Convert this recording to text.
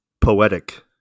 poetic